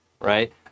right